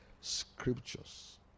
Scriptures